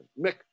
Mick